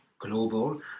Global